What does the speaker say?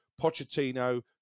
Pochettino